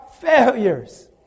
failures